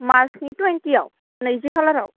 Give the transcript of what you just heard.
मार्चनि टुवेनटिआव नैजि खालाराव